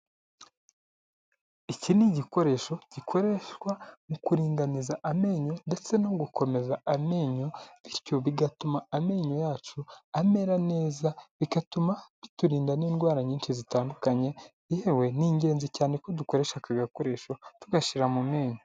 Iki ni igikoresho gikoreshwa mu kuringaniza amenyo ndetse no gukomeza amenyo, bityo bigatuma amenyo yacu amera neza bigatuma biturinda n'indwara nyinshi zitandukanye yewe ni ingenzi cyane ko dukoresha aka gakoresho tugashyira mu menyo.